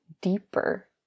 deeper